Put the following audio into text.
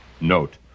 Note